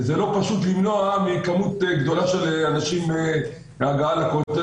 וזה לא פשוט למנוע מכמות גדולה של אנשים הגעה לכותל.